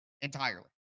entirely